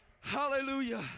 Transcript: hallelujah